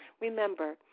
Remember